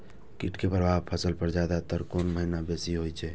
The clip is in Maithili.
कीट के प्रभाव फसल पर ज्यादा तर कोन महीना बेसी होई छै?